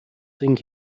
sing